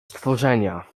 stworzenia